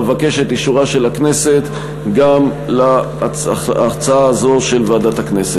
אבקש את אישורה של הכנסת גם להצעה הזאת של הוועדה המסדרת.